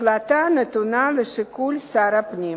ההחלטה נתונה לשיקול שר הפנים.